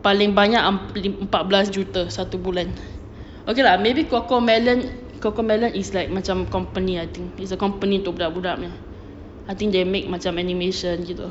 paling banyak empat belas juta satu bulan okay lah maybe cocomelon cocomelon is like macam company I think is a company to budak-budak punya I think they make macam animation gitu ah